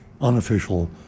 unofficial